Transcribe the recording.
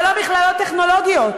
אבל לא מכללות טכנולוגיות.